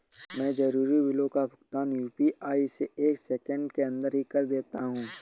मैं जरूरी बिलों का भुगतान यू.पी.आई से एक सेकेंड के अंदर ही कर देता हूं